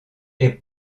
est